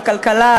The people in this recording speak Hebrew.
לכלכלה,